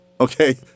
Okay